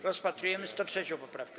Rozpatrujemy 103. poprawkę.